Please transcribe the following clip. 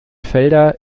felder